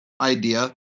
idea